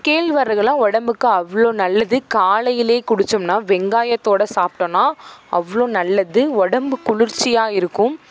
கேழ்வரகெல்லாம் உடம்புக்கு அவ்வளோ நல்லது காலையிலேயே குடித்தோம்னா வெங்கயாத்தோடு சாப்பிட்டோன்னா அவ்வளோ நல்லது உடம்பு குளிர்ச்சியாக இருக்கும்